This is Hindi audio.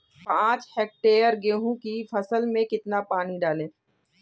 पाँच हेक्टेयर गेहूँ की फसल में कितना पानी डालें?